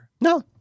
No